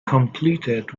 completed